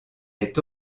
est